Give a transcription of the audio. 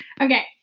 Okay